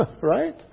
right